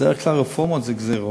בדרך כלל, רפורמות זה גזירות.